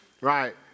right